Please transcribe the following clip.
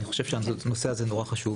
אני חושב שהנושא הזה הוא מאוד חשוב.